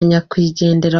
nyakwigendera